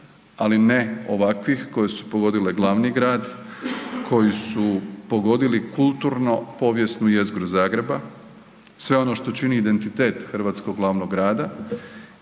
ali ne ovakvih koje su pogodile glavni grad, koji su pogodili kulturno-povijesnu jezgru Zagreba, sve ono što čini identitet hrvatskog glavnog grada